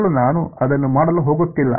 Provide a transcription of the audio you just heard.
ಮೊದಲು ನಾನು ಅದನ್ನು ಮಾಡಲು ಹೋಗುತ್ತಿಲ್ಲ